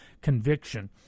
conviction